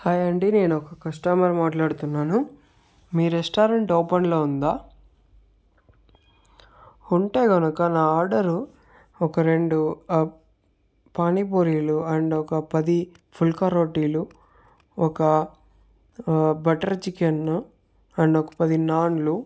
hi అండి నేను ఒక కస్టమర్ మాట్లాడుతున్నాను మీ రెస్టారెంట్ ఓపెన్లో ఉందా ఉంటే కనుక నా ఆర్డర్ ఒక రెండు పానీపూరీలు అండ్ ఒక పది పుల్కా రోటీలు ఒక బట్టర్ చికెన్ అండ్ ఒక పది నాన్లు